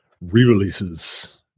re-releases